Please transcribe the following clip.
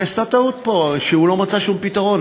נעשתה פה טעות, והוא לא מצא שום פתרון.